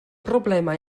broblemau